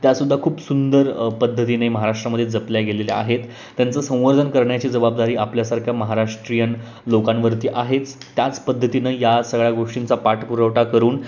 त्या सुद्धा खूप सुंदर पद्धतीने महाराष्ट्रामध्ये जपल्या गेलेल्या आहेत त्यांचं संवर्धन करण्याची जबाबदारी आपल्यासारख्या महाराष्ट्रीयन लोकांवरती आहेच त्याच पद्धतीने या सगळ्या गोष्टींचा पाठपुरवठा करून